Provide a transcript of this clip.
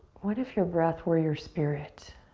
what if your breath were your spirit?